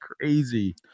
crazy